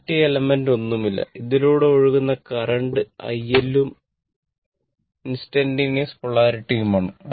മറ്റ് എലെമെന്റ്സ് ഒന്നുമില്ല ഇതിലൂടെ ഒഴുകുന്ന കറന്റ് iL ഉം ഇൻസ്റ്റന്റന്റ്സ് പൊളാരിറ്റി ഉം ആണ്